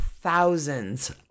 thousands